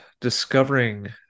discovering